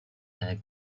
her